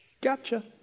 gotcha